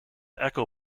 echo